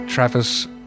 Travis